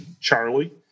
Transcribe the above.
Charlie